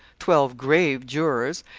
twelve grave jurors,